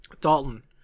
dalton